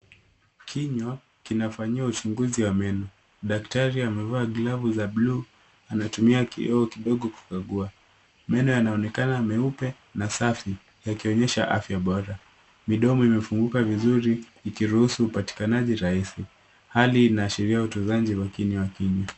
Kinywa kinafanyiwa uchunguzi wa meno. Daktari amevaa glavu za bluu anatumia kioo kidogo kukagua. Meno yanaonekana meupe na safi yakionyesha afya bora. Midomo imefunguka vizuri ikiruhusu upatikanaji rahisi. Hali inaashiria utunzaji wa kinywa.